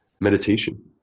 meditation